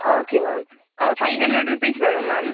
okay ma'am ah five hundred rupees வரும் ma'am